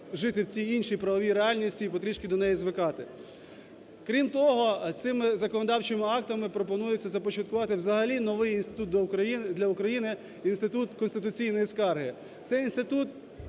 жити в цій іншій правовій реальності і потрошку до неї звикати. Крім того, цими законодавчими актами пропонується започаткувати взагалі новий інститут для України – Інститут конституційної скарги.